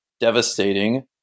devastating